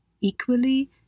Equally